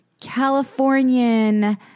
Californian